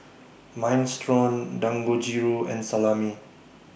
Minestrone Dangojiru and Salami